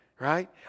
Right